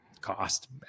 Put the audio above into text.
cost